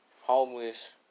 homeless